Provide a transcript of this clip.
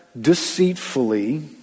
deceitfully